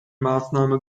maßnahme